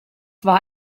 war